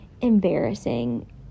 embarrassing